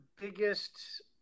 biggest